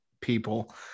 people